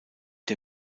der